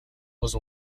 was